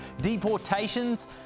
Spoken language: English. deportations